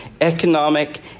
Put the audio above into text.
economic